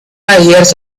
hears